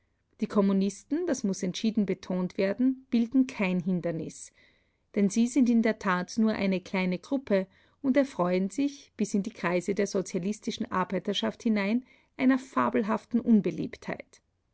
die kommunisten das muß entschieden betont werden bilden kein hindernis denn sie sind in der tat nur eine kleine gruppe und erfreuen sich bis in die kreise der sozialistischen arbeiterschaft hinein einer fabelhaften unbeliebtheit